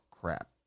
crap